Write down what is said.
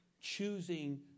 choosing